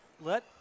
Let